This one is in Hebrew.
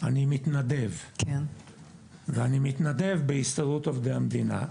אני מתנדב בהסתדרות עובדי המדינה.